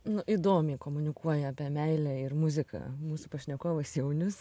nu įdomiai komunikuoja apie meilę ir muziką mūsų pašnekovas jaunius